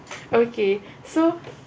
okay so